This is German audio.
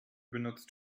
benutzt